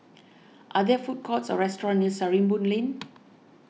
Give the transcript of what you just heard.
are there food courts or restaurants near Sarimbun Lane